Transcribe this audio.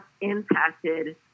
impacted